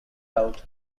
out